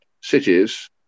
cities